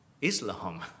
Islam